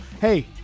Hey